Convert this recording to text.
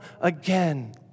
again